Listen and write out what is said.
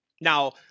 Now